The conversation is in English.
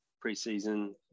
pre-season